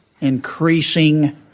Increasing